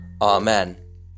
Amen